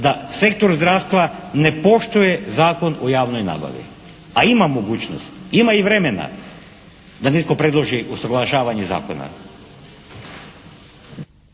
da sektor zdravstva ne poštuje Zakon o javnoj nabavi. A ima mogućnost. Ima i vremena da netko predloži usaglašavanje zakona.